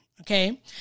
Okay